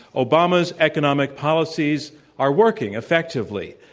obama's economic policies are working effectively.